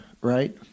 right